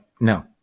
no